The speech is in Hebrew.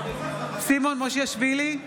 סימון מושיאשוילי,